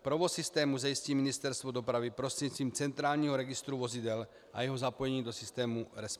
Provoz systému zajistí Ministerstvo dopravy prostřednictvím centrálního registru vozidel a jeho zapojení do systému RESPER.